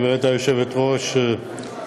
גברתי היושבת-ראש,